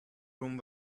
room